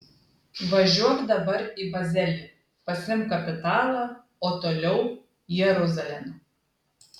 važiuok dabar į bazelį pasiimk kapitalą o toliau jeruzalėn